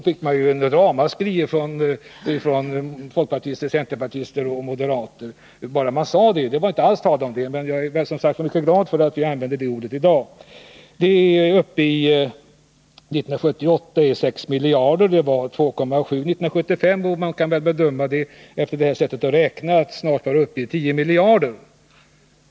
Det blev ramaskrin från folkpartister, centerpartister och moderater bara man sade det, och jag är mycket glad för att vi kan använda det ordet i dag. ”Skattesubventionen” var 1978 uppe i 6 miljarder. 1975 var den 2,5 miljarder, och man kan väl med hjälp av dessa siffror bedöma att den snart är uppe i 10 miljarder.